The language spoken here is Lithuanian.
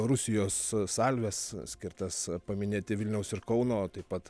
rusijos salves skirtas paminėti vilniaus ir kauno taip pat